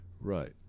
Right